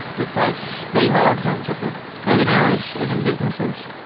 we place beehives on top of urban areas, urban businesses,